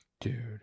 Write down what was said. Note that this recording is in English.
Dude